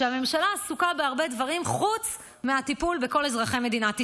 שהממשלה עסוקה בהרבה דברים חוץ מהטיפול בכל אזרחי מדינת ישראל.